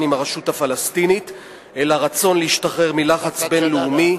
עם הרשות הפלסטינית אלא רצון להשתחרר מלחץ בין-לאומי,